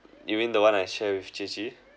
you mean the one I share with Qi Qi